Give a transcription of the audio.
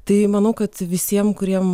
tai manau kad visiem kuriem